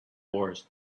wars